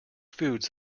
foods